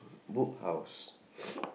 Book House